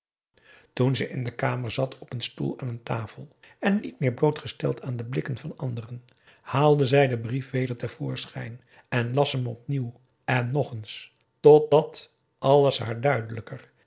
toen ze in de kamer zat op een stoel aan een tafel en niet meer blootgesteld aan de blikken van anderen haalde zij den brief weder te voorschijn en las hem opnieuw en nog eens totdat alles haar duidelijker